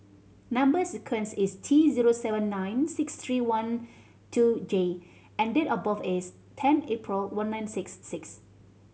number sequence is T zero seven nine six three one two J and date of birth is ten April one nine six six